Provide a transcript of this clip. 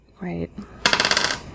Right